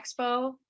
Expo